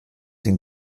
den